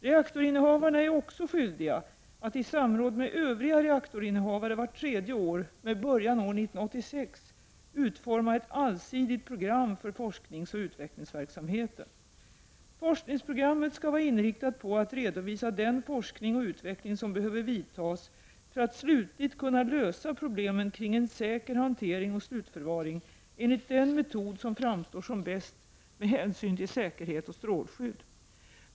Reaktorinnehavarna är också skyldiga att i samråd med övriga reaktorinnehavare vart tredje år med början år 1986 utforma ett allsidigt program för forskningsoch utvecklingsverksamheten. Forskningsprogrammet skall vara inriktat på att redovisa den forskning och utveckling som behöver vidtas för att slutligt kunna lösa problemen kring en säker hantering och slutförvaring enligt den metod som framstår som bäst med hänsyn till säkerhet och strålskydd.